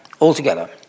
altogether